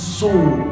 soul